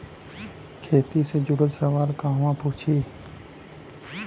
खेती से जुड़ल सवाल कहवा पूछी?